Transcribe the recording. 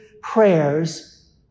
prayers